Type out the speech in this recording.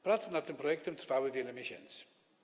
Prace nad tym projektem trwały wiele miesięcy.